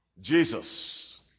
Jesus